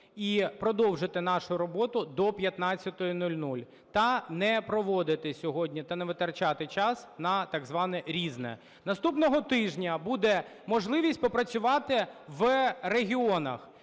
і продовжити нашу роботу до 15:00, та не проводити сьогодні, та не витрачати час на так зване "Різне". Наступного тижня буде можливість попрацювати в регіонах,